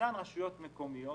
ישנן רשויות מקומיות